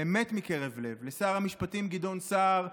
באמת מקרב לב, לשר המשפטים גדעון סער,